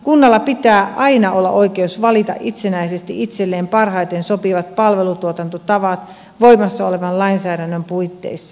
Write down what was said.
kunnalla pitää aina olla oikeus valita itsenäisesti itselleen parhaiten sopivat palvelutuotantotavat voimassa olevan lainsäädännön puitteissa